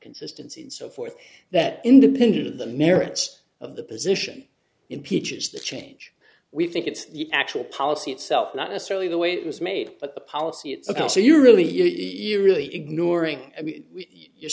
consistency and so forth that independent of the merits of the position impeaches the change we think it's the actual policy itself not necessarily the way it was made but the policy itself so you're really you're really ignoring